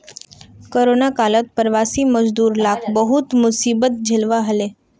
corona कालत प्रवासी मजदूर लाक बहुत मुसीबत झेलवा हले